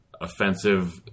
offensive